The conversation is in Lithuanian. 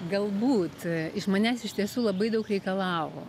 galbūt iš manęs iš tiesų labai daug reikalavo